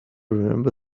remember